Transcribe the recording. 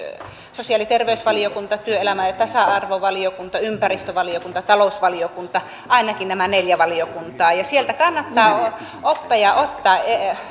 sosiaali ja terveysvaliokunta työelämä ja tasa arvovaliokunta ympäristövaliokunta talousvaliokunta ainakin nämä neljä valiokuntaa sieltä kannattaa oppeja ottaa